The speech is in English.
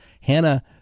Hannah